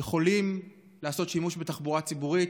יוכלו לעשות שימוש בתחבורה ציבורית?